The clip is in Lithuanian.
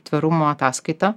tvarumo ataskaitą